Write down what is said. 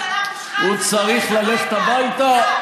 ראש ממשלה מושחת צריך ללכת הביתה,